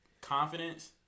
confidence